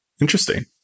interesting